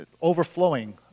overflowing